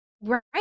Right